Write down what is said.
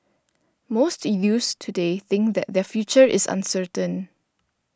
most youths today think that their future is uncertain